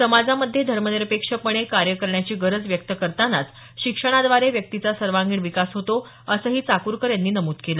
समाजामध्ये धर्मनिरपेक्षपणे कार्य करण्याची गरज व्यक्त करतानाच शिक्षणाद्वारे व्यक्तीचा सर्वांगीण विकास होतो असंही चाकूरकर यांनी नमूद केलं